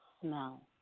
smell